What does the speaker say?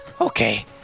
Okay